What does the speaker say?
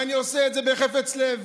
ואני עושה את זה בחפץ לב,